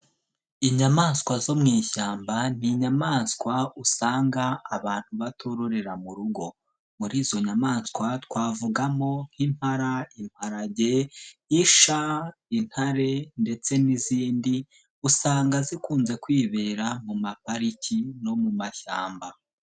Inyamaswa zo mu ishyamba ni inyamaswa usanga abantu batororera mu rugo. Muri izo nyamaswa twavugamo nk'impara, imparage, isha, intare ndetse n'izindi usanga zikunze kwibera mu mapariki no mu mashyamba.